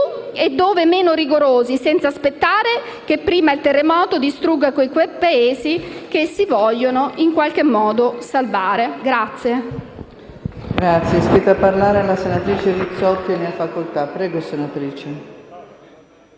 e dove meno rigorosi, senza aspettare che prima il terremoto distrugga quei paesi che si vogliono salvare».